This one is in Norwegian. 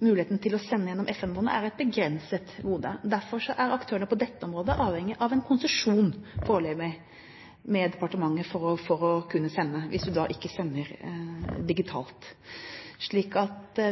muligheten til å sende gjennom FM-båndet et begrenset gode. Derfor er aktørene på dette området avhengig av en konsesjon – foreløpig – fra departementet for å kunne sende, hvis man da ikke sender digitalt. Slik at